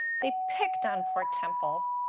they picked on poor temple,